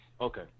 Okay